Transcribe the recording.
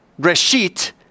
reshit